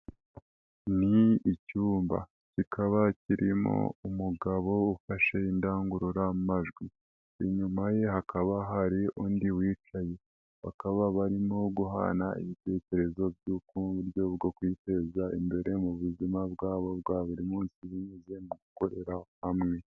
Ni icyumba, kikaba kirimo umugabo ufashe indangururamajwi, inyuma ye hakaba hari undi wicaye, bakaba barimo guhana ibitekerezo by'uburyo bwo kwiteza imbere mu buzima bwabo bwa buri munsi, binyuze mu gukorera hamwe.